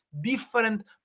different